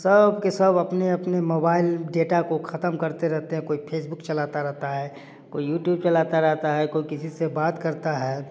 सब के सब अपने अपने मोबाइल डेटा को खत्म करते रहते हैं कोई फेसबुक चलाता रहता है कोई यूट्यूब चलाता रहता है कोई किसी से बात करता है